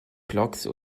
clogs